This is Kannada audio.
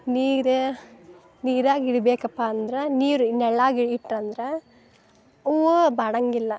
ನೀರು ನೀರಾಗಿ ಇಡಬೇಕಪ್ಪ ಅಂದ್ರೆ ನೀರು ನೆರ್ಳಾಗೆ ಇಟ್ರಂದ್ರೆ ಹೂವು ಬಾಡಂಗಿಲ್ಲ